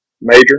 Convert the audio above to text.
major